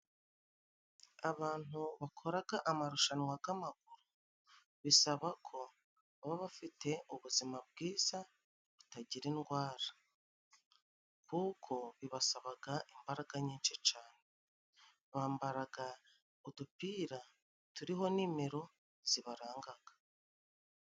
Abantu bakoraga amarushanwa g'amaguru bisaba ko baba bafite ubuzima bwiza, butagira indwara, kuko bibasabaga imbaraga nyinshi cyane. Bambaraga udupira turiho nimero zibarangaga.